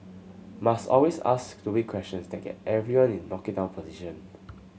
must always ask stupid questions that get everyone into knock it down position